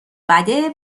بده